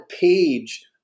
page